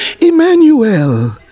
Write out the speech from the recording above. Emmanuel